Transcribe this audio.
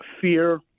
fear